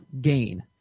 gain